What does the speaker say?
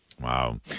Wow